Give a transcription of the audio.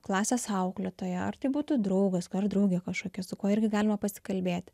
klasės auklėtoja ar tai būtų draugas ar draugė kažkokia su kuo irgi galima pasikalbėti